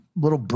little